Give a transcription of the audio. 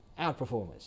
outperformers